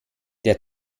der